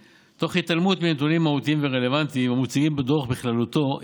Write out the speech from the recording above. תוך התעלמות מנתונים מהותיים ורלוונטיים המוצגים בדוח בכללותו.